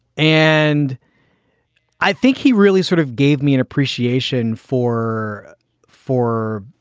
and i think he really sort of gave me an appreciation for for